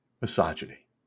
Misogyny